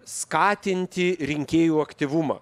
skatinti rinkėjų aktyvumą